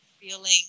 feeling